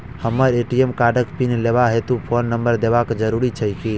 हमरा ए.टी.एम कार्डक पिन लेबाक हेतु फोन नम्बर देबाक जरूरी छै की?